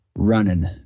running